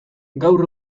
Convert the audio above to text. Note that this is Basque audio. gaur